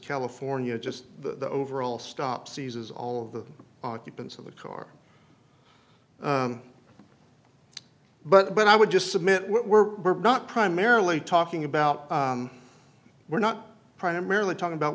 california just the overall stop seizes all of the occupants of the car but i would just submit we're not primarily talking about we're not primarily talking about